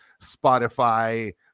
Spotify